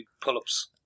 pull-ups